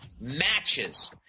matches